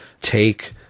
take